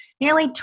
Nearly